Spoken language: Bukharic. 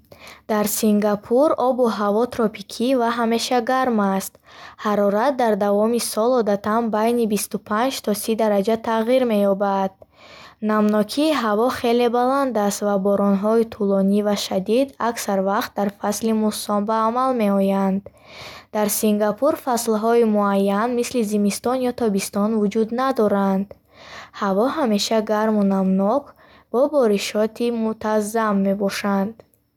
Дар Сингапур обу ҳаво тропикӣ ва ҳамеша гарм аст. Ҳарорат дар давоми сол одатан байни бисту панҷ то сӣ дараҷа тағйир меёбад. Намнокии ҳаво хеле баланд аст ва боронҳои тӯлонӣ ва шадид аксар вақт дар фасли муссон ба амал меоянд. Дар Сингапур фаслҳои муайян, мисли зимистон ё тобистон, вуҷуд надоранд. Ҳаво ҳамеша гарму намнок бо боришоти мутазам мебошанд.